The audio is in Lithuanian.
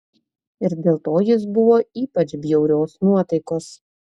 ir dėl to jis buvo ypač bjaurios nuotaikos